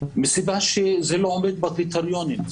מסיבה שזה לא עומד בקריטריונים,